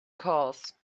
course